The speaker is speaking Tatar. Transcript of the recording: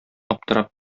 аптырап